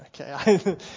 okay